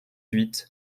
huit